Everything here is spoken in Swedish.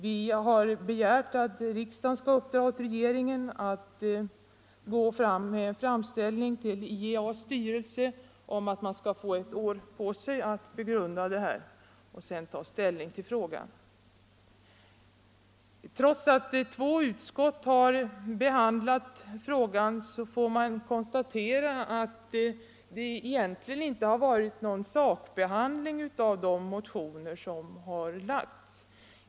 Vi har begärt att riksdagen skall uppdra åt regeringen att göra en framställning till IEA:s styrelse om att vi skall få ett år på oss att begrunda saken och sedan ta ställning till frågan. Trots att två utskott har behandlat frågan får man konstatera att det egentligen inte förekommit någon sakbehandling av de motioner som väckts.